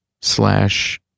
slash